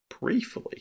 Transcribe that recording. briefly